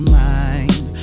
mind